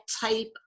type